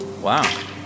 Wow